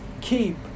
keep